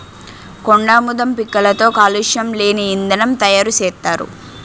కొండాముదం పిక్కలతో కాలుష్యం లేని ఇంధనం తయారు సేత్తారు